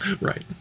Right